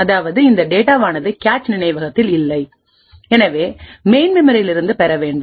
அதாவது இந்த டேட்டாவானதுகேச் நினைவகத்தில் இல்லை எனவே மெயின் மெமோரியிலிருந்து பெற வேண்டும்